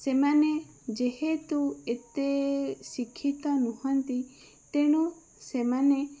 ସେମାନେ ଯେହେତୁ ଏତେ ଶିକ୍ଷିତ ନୁହନ୍ତି ତେଣୁ ସେମାନେ